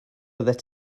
oeddet